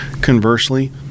Conversely